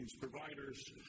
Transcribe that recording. providers